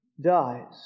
dies